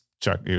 check